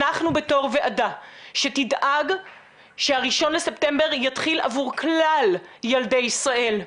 אנחנו בתור ועדה שתדאג שה-1 לספטמבר יתחיל עבור כלל ילדי ישראל,